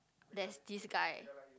there's this guy